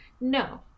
No